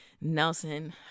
Nelson